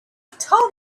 told